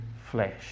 flesh